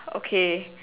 okay